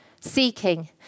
seeking